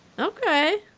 Okay